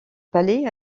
palais